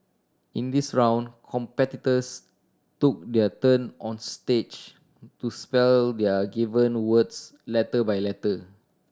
in this round competitors took their turn on stage to spell their given words letter by letter